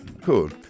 Cool